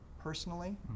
personally